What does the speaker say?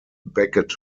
beckett